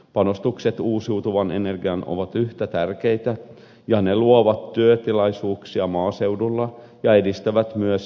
panostukset uusiutuvaan energiaan ovat yhtä tärkeitä ja ne luovat työtilaisuuksia maaseudulle ja edistävät myös kilpailukykyämme